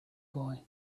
boy